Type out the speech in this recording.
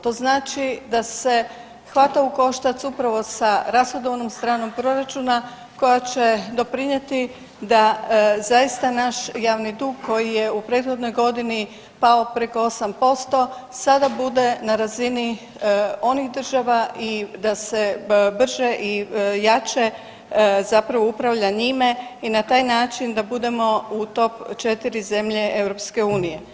To znači da se hvata u koštac upravo sa rashodovnom stranom proračuna koja će doprinjeti da zaista naš javni dug koji je u prethodnoj godini pao preko 8% sada bude na razini onih država i da se brže i jače zapravo upravlja njime i na taj način da budemo u top 4 zemlje EU.